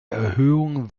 erhöhung